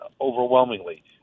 overwhelmingly